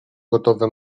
gotowe